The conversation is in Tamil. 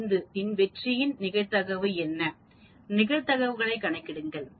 5 இன் வெற்றியின் நிகழ்தகவு என்ன நிகழ்தகவுகளைக் கணக்கிடுங்கள்